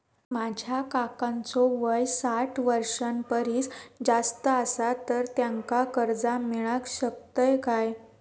माझ्या काकांचो वय साठ वर्षां परिस जास्त आसा तर त्यांका कर्जा मेळाक शकतय काय?